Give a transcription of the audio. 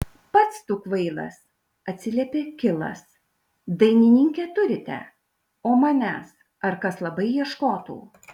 pats tu kvailas atsiliepė kilas dainininkę turite o manęs ar kas labai ieškotų